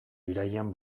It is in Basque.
irailean